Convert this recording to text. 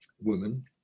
woman